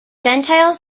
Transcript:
gentiles